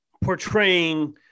portraying